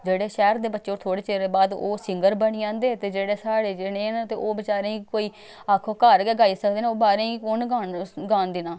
जेह्ड़े शैह्र दे बच्चे ओह् थोह्ड़े चिरै बाद ओह् सिंगर बनी जंदे ते जेह्ड़े साढ़े जनेह् न ते ओह् बेचारें गी कोई आक्खो घर गै गाई सकदे न ओह् बाह्रें कु'न गान देना